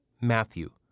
Matthew